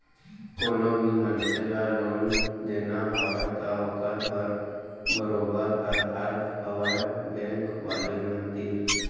कोनो भी मनसे ल लोन देना हवय त ओखर बर बरोबर अधार हवय बेंक वाले मन तीर